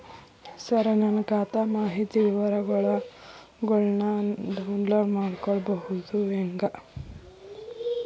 ಸರ ನನ್ನ ಖಾತಾ ಮಾಹಿತಿ ವಿವರಗೊಳ್ನ, ಡೌನ್ಲೋಡ್ ಮಾಡ್ಕೊಳೋದು ಹೆಂಗ?